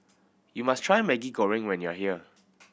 you must try Maggi Goreng when you are here